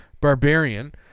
barbarian